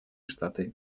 штаты